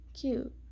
Cute